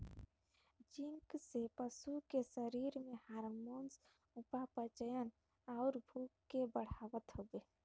zinc से पशु के शरीर में हार्मोन, उपापचयन, अउरी भूख के बढ़ावत हवे